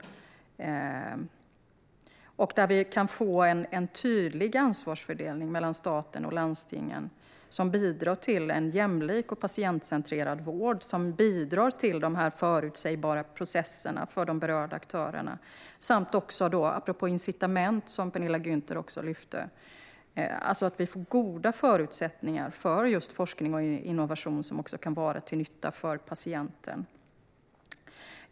Det handlar om att vi kan få en tydlig ansvarsfördelning mellan staten och landstingen som bidrar till en jämlik och patientcentrerad vård och som bidrar till förutsägbara processer för de berörda aktörerna. Det handlar även om, apropå incitament, som Penilla Gunther lyfter, att vi får goda förutsättningar för just forskning och innovation, som också kan vara till nytta för patienten.